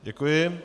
Děkuji.